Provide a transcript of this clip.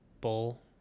bull